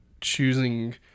choosing